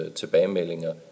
tilbagemeldinger